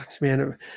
man